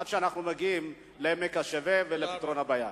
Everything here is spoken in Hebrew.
עד שאנחנו מגיעים לעמק השווה ולפתרון הבעיה.